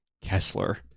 Kessler